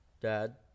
dad